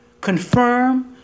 confirm